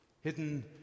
hidden